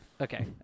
Okay